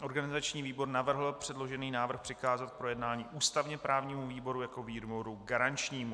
Organizační výbor navrhl předložený návrh přikázat k projednání ústavněprávnímu výboru jako výboru garančnímu.